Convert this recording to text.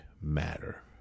matter